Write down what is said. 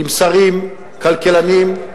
עם שרים, כלכלנים,